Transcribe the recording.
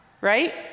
right